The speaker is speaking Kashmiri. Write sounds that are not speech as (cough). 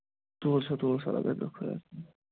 تُل سا تُل سا اَدٕ حظ بیٚہہ خۄدایَس (unintelligible)